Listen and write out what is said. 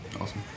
Awesome